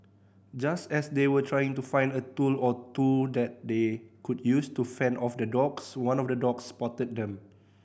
just as they were trying to find a tool or two that they could use to fend off the dogs one of the dogs spotted them